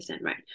right